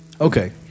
Okay